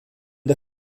der